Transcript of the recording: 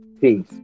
Peace